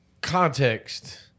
context